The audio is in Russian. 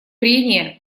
прения